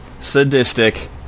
sadistic